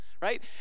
right